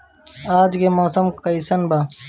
आज के मौसम कइसन बा?